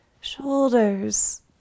shoulders